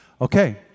Okay